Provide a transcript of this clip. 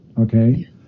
Okay